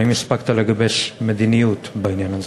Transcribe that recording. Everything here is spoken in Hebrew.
האם הספקת לגבש מדיניות בעניין הזה.